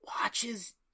watches